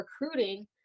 recruiting